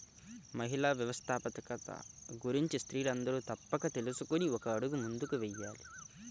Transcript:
మహిళా వ్యవస్థాపకత గురించి స్త్రీలందరూ తప్పక తెలుసుకొని ఒక అడుగు ముందుకు వేయాలి